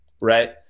right